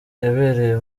yabereye